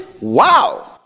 Wow